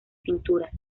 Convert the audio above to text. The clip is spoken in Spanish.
pinturas